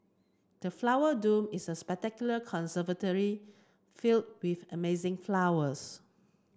the Flower Dome is a spectacular conservatory filled with amazing flowers